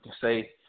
say